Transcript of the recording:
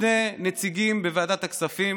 שני נציגים בוועדת הכספים.